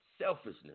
Selfishness